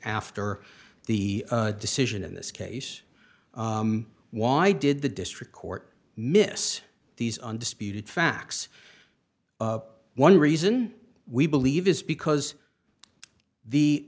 after the decision in this case why did the district court miss these undisputed facts one reason we believe is because the